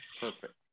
Perfect